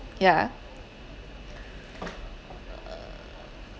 yeah uh